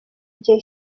gihe